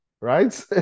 Right